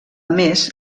més